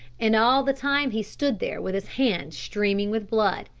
and all the time he stood there with his hand streaming with blood,